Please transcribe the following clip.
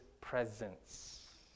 presence